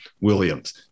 Williams